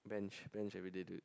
bench bench everyday dude